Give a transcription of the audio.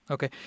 Okay